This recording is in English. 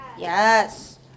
yes